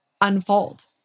unfold